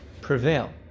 prevail